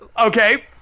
okay